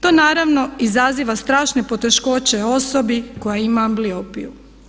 To naravno izaziva strašne poteškoće osobi koja ima ambliopiju.